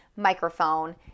Microphone